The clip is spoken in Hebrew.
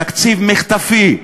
תקציב מחטפי,